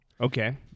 Okay